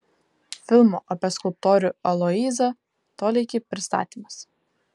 filmo apie skulptorių aloyzą toleikį pristatymas